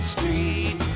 Street